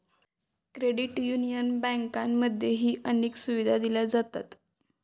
credit union बँकांमध्येही अनेक सुविधा दिल्या जातात